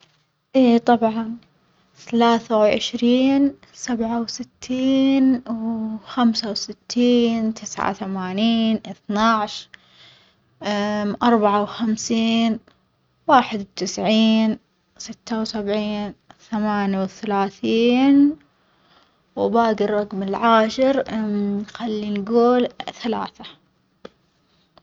إي طبعًا ثلاثة وعشرين سبعة وستين وخمسة وستين تسعة وثمانين إثنا عشر أربعة وخمسين واحد وتسعين ستة وسبعين ثمانية وثلاثين وباجي الرقم العاشر خلي نجول ثلاثة.